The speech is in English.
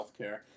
healthcare